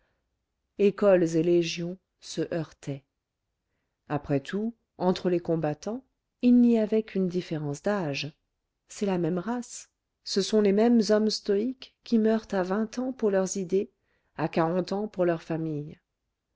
écoles et légions se heurtaient après tout entre les combattants il n'y avait qu'une différence d'âge c'est la même race ce sont les mêmes hommes stoïques qui meurent à vingt ans pour leurs idées à quarante ans pour leurs familles